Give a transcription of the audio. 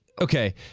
Okay